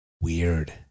Weird